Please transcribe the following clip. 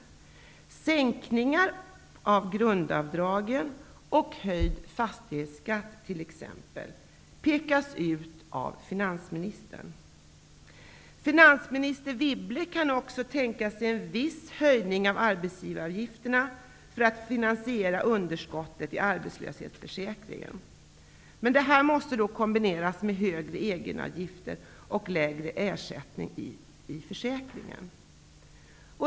Exempelvis sänkningar av grundavdraget och en höjd fastighetsskatt pekas ut av finansministern. Finansminister Wibble kan också tänka sig en viss höjning av arbetsgivaravgiften för att finansera underskottet i arbetslöshetsförsäkringen. Men det här måste kombineras med högre egenavgifter och lägre försäkringsersättning.